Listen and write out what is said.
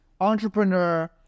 entrepreneur